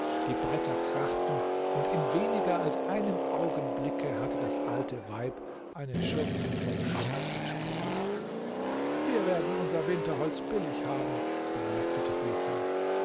die bretter krachten und in weniger als einem augenblicke hatte das alte weib eine schürze voll schutt und splitter wir werden unser winterholz billig haben bemerkte tabitha